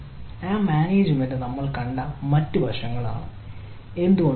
ആ മാനേജ്മെൻറ് നമ്മൾ കണ്ട മറ്റൊരു വശങ്ങൾ ആണ് എന്തുകൊണ്ടാണത്